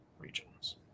regions